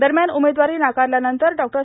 दरम्यान उमेदवारी नाकारल्यानंतर डों